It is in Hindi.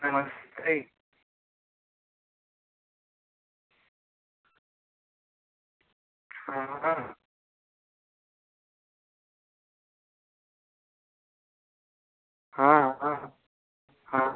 नमस्ते हाँ हाँ हाँ हाँ